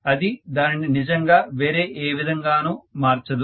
అది దానిని నిజంగా వేరే ఏ విధంగానూ మార్చదు